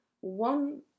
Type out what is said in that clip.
One